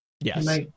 Yes